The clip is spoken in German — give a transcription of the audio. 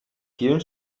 vielen